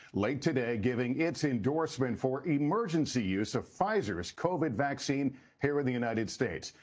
late today giving its endorsement for emergency use of pfizer's covid vaccine here in the united states.